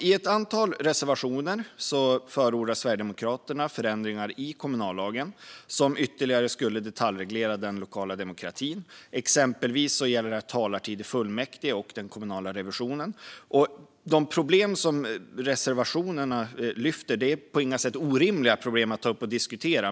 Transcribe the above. I ett antal reservationer förordar Sverigedemokraterna förändringar i kommunallagen som skulle ytterligare detaljreglera den lokala demokratin. Det gäller exempelvis talartid i fullmäktige och den kommunala revisionen. De problem som reservationerna lyfter fram är på inget sätt orimliga att ta upp och diskutera.